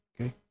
Okay